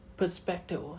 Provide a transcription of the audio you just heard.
Perspective